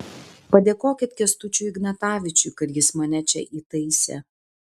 padėkokit kęstučiui ignatavičiui kad jis mane čia įtaisė